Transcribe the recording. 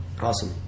Awesome